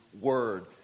word